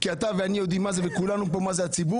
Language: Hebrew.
כי אתה ואני יודעים מה זה וכולנו יודעים מי זה הציבור,